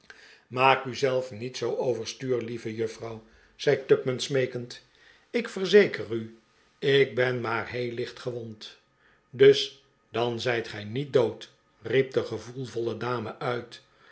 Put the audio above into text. maak u zelf niet zoo overstuur lieve juffrouw zei tupman smeekend ik verzeker u ik ben maar heel licht gewond dus dan zijt gij niet dood riep de gevoel voile dame uit